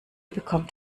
bekommt